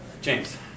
James